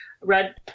red